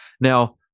Now